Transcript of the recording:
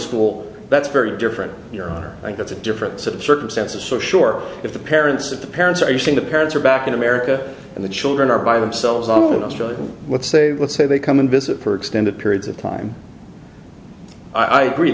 school that's very different your honor and that's a different set of circumstances so sure if the parents of the parents are using the parents are back in america and the children are by themselves on in australia let's say let's say they come and visit for extended periods of time i agree